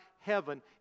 heaven